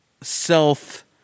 self-